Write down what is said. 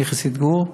אני חסיד גור.